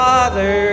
Father